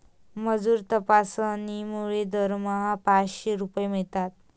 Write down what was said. मजूर तपासणीमुळे दरमहा पाचशे रुपये मिळतात